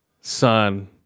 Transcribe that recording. son